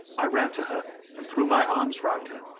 i ran to her and threw my arms round her,